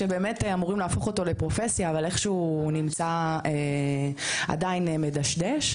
שבאמת אמורים להפוך אותו לפרופסיה אבל איך שהוא נמצא עדיין מדשדש.